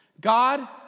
God